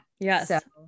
Yes